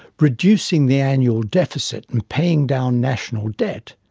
reducing the annual deficit and paying down national debt,